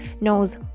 knows